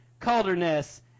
Calderness